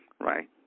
right